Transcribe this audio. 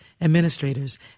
administrators